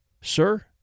Sir